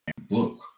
book